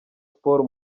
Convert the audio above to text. sport